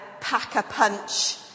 pack-a-punch